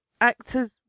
actor's